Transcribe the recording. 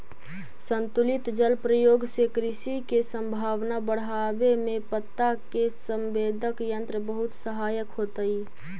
संतुलित जल प्रयोग से कृषि के संभावना बढ़ावे में पत्ता के संवेदक यंत्र बहुत सहायक होतई